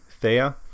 Thea